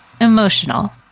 emotional